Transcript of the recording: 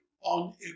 on